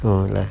no lah